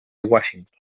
washington